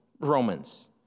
Romans